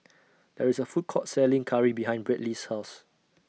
There IS A Food Court Selling Curry behind Bradley's House